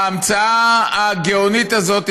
ההמצאה הגאונית הזאת,